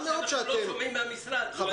חבל שאנחנו לא שומעים מן המשרד עמדה.